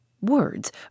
Words